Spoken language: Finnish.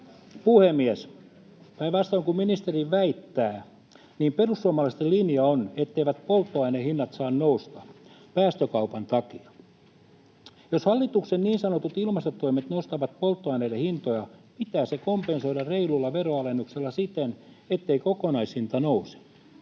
puhemies! Päinvastoin kuin ministeri väittää, niin perussuomalaisten linja on, etteivät polttoainehinnat saa nousta päästökaupan takia. Jos hallituksen niin sanotut ilmastotoimet nostavat polttoaineiden hintoja, pitää se kompensoida reilulla veronalennuksella siten, ettei kokonaishinta nouse.